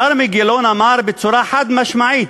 כרמי גילון אמר בצורה חד-משמעית,